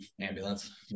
ambulance